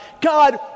God